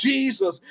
Jesus